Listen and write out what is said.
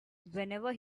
whenever